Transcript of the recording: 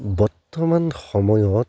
বৰ্তমান সময়ত